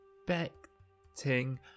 expecting